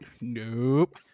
Nope